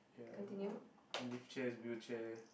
ya lift chairs wheelchair